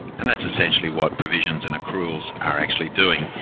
and that's essentially what provisions and accruals are actually doing.